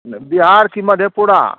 नहि बिहार कि मधेपुरा